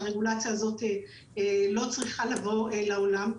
שהרגולציה הזאת לא צריכה לבוא לעולם.